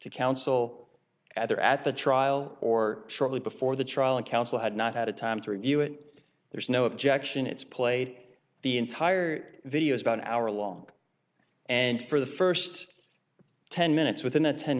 to counsel at or at the trial or shortly before the trial and counsel had not had time to review it there's no objection it's played the entire video is about an hour long and for the first ten minutes within a ten